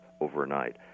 overnight